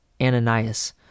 Ananias